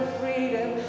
freedom